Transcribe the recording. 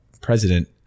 president